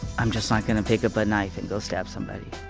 i'm just not going to pick up a knife and go stab somebody,